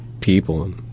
people